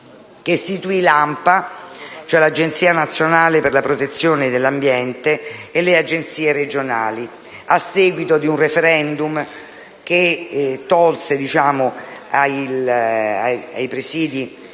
e istituì l'Agenzia nazionale per la protezione dell'ambiente (ANPA) e le Agenzie regionali, a seguito di un *referendum* che tolse ai presidi